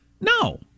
no